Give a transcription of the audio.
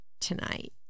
tonight